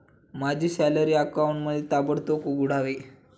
माझं salary account ताबडतोब उघडावे